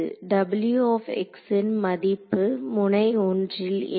ன் மதிப்பு முனை 1 ல் என்ன